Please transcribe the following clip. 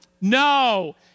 No